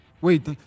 Wait